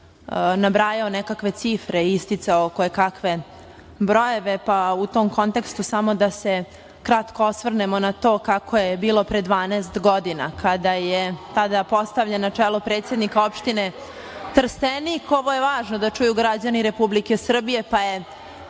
nabrajao nekakve cifre, isticao kojekakve brojeve pa u tom kontekstu samo da se kratko osvrnemo na to kako je bilo pre 12 godina, kada je postavljen na čelu predsednik opštine Trstenik. Ovo je važno da čuju građani Republike Srbije, da je